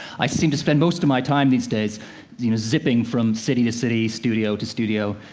i seem to spend most of my time these days zipping from city to city, studio to studio,